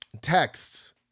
texts